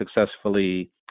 successfully